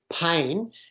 pain